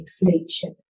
inflation